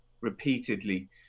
repeatedly